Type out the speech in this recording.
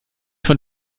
von